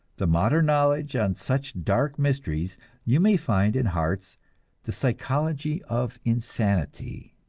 the modern knowledge on such dark mysteries you may find in hart's the psychology of insanity.